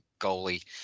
goalie